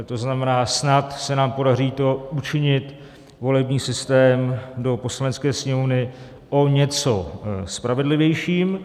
To znamená, snad se nám podaří učinit volební systém do Poslanecké sněmovny o něco spravedlivějším.